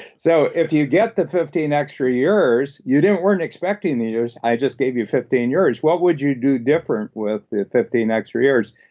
so, if you get the fifteen extra years, you weren't expecting the years. i just gave you fifteen years. what would you do different with the fifteen extra years?